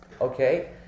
Okay